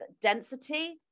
density